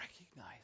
recognize